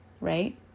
right